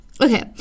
okay